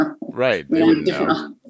Right